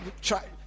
try